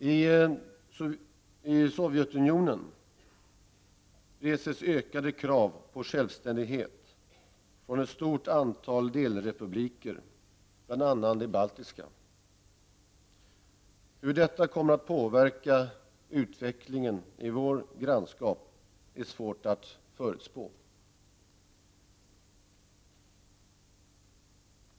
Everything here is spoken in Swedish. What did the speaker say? I Sovjetunionen reses ökade krav på självständighet från ett stort antal delrepubliker, bl.a. de baltiska. Hur detta kommer att påverka utvecklingen i vår grannstat är svårt att förutspå.